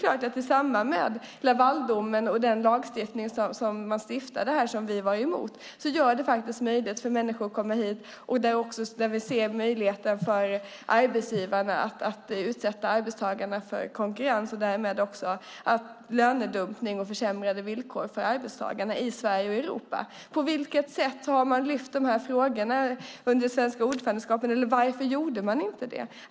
Lavaldomen och de lagar som man stiftade här, som vi var emot, gör det faktiskt möjligt för människor att komma hit. Vi ser också möjligheterna för arbetsgivarna att utsätta arbetstagarna för konkurrens och därmed också för lönedumpning. Det kan bli försämrade villkor för arbetstagarna i Sverige och Europa. På vilket sätt har man lyft fram de här frågorna under det svenska ordförandeskapet, eller varför gjorde man inte det?